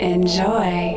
Enjoy